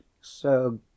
So